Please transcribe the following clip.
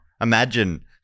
Imagine